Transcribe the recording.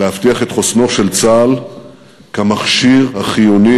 להבטיח את חוסנו של צה"ל כמכשיר החיוני